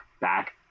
back